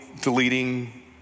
deleting